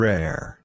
Rare